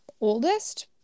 oldest